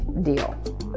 deal